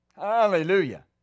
Hallelujah